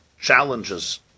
challenges